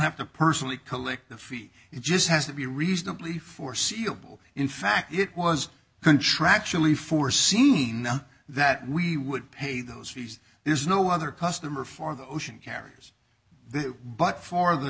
have to personally collect the fees it just has to be reasonably foreseeable in fact it was contractually foreseen that we would pay those fees is no other customer for the ocean carriers but for the